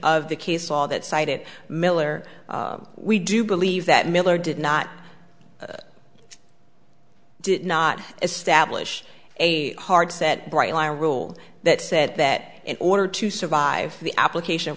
of the case law that cited miller we do believe that miller did not did not establish a hard set bright line rule that said that in order to survive the application